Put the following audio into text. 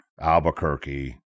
Albuquerque